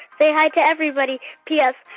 say hi to everybody. p s,